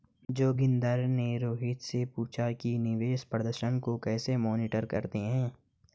जोगिंदर ने रोहित से पूछा कि निवेश प्रदर्शन को कैसे मॉनिटर करते हैं?